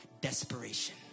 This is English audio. desperation